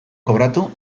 kobratu